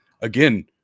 again